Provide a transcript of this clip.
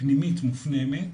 פנימית מופנמת